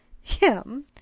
Him